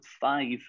five